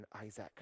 Isaac